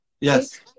Yes